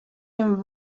him